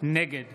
נגד